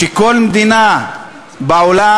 שכל מדינה בעולם